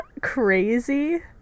crazy